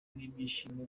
n’ibyishimo